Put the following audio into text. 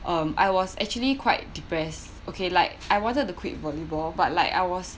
um I was actually quite depressed okay like I wanted to quit volleyball but like I was